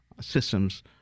systems